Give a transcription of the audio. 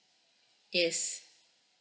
yes